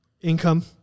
Income